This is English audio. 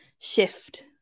shift